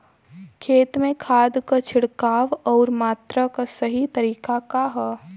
खेत में खाद क छिड़काव अउर मात्रा क सही तरीका का ह?